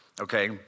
okay